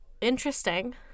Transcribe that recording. interesting